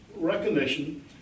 Recognition